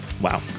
Wow